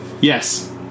Yes